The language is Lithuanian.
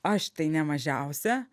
aš tai ne mažiausia